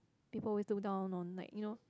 people always look down on like you know